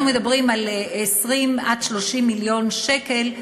אנחנו מדברים על 20 30 מיליון שקל.